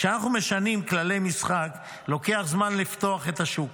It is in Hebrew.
כשאנחנו משנים כללי משחק לוקח זמן לפתוח את השוק,